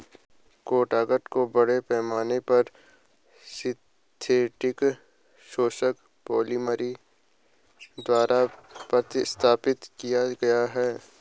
catgut को बड़े पैमाने पर सिंथेटिक शोषक पॉलिमर द्वारा प्रतिस्थापित किया गया है